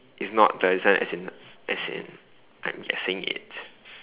it's not the this one as in as I'm just saying it